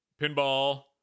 pinball